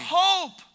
hope